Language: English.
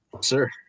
Sir